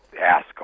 ask